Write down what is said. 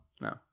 no